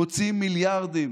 מוציאים מיליארדים